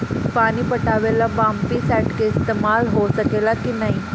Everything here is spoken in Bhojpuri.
पानी पटावे ल पामपी सेट के ईसतमाल हो सकेला कि ना?